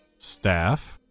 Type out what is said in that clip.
staff?